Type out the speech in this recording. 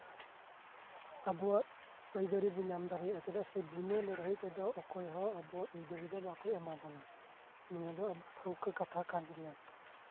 ᱟᱵᱚᱣᱟᱜ ᱟᱹᱭᱫᱟᱹᱨᱤ ᱵᱚᱱ ᱧᱟᱢ ᱫᱟᱲᱮᱭᱟᱜᱼᱟ ᱪᱮᱫᱟᱜᱥᱮ ᱵᱤᱱᱟᱹ ᱞᱟᱹᱲᱦᱟᱹᱭ ᱛᱮᱫᱚ ᱚᱠᱚᱭ ᱦᱚᱸ ᱟᱵᱚᱱᱟᱜ ᱟᱹᱭᱫᱟᱹᱨ ᱫᱚ ᱵᱟᱠᱚ ᱮᱢᱟ ᱵᱚᱱᱟ ᱱᱤᱭᱟᱹ ᱫᱚ ᱴᱷᱟᱹᱣᱠᱟᱹ ᱠᱟᱛᱷᱟ ᱠᱟᱱ ᱜᱮᱭᱟ